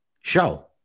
show